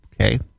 okay